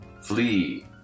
Flee